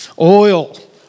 Oil